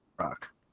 rock